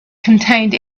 contained